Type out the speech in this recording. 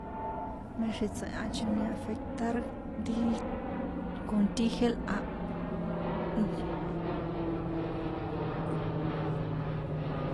Mé xi tsoe̱hachoni afectar ri con ti gel a.